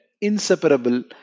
inseparable